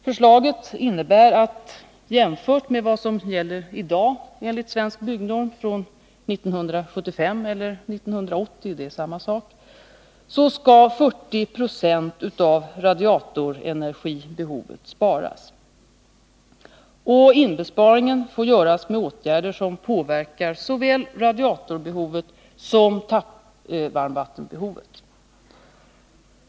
Förslaget innebär att jämfört med vad som enligt svensk byggnorm gäller i dag — från 1975 eller 1980, det är samma sak — skall 40 26 av radiatorenergibehovet sparas. Inbesparingen får göras med åtgärder som påverkar såväl radiatorbehovet som tappvarmvattenbehovet.